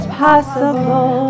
possible